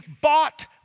bought